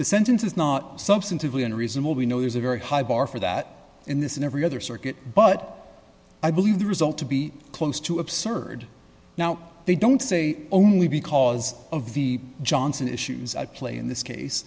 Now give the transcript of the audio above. the sentence is not substantively unreasonable we know there's a very high bar for that in this in every other circuit but i believe the result to be close to absurd now they don't say only because of the johnson issues at play in this case